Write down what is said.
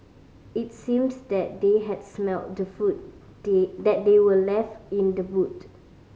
it seems that they had smelt the food they that they were left in the boot